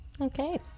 Okay